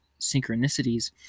synchronicities